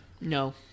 No